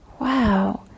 wow